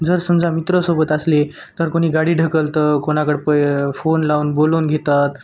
जर समजा मित्रसोबत असले तर कोणी गाडी ढकलतं कोणाकडं प फोन लावून बोलवून घेतात